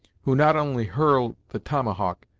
who not only hurled the tomahawk,